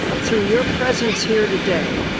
through your presence here today,